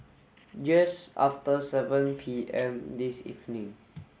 just after seven P M this evening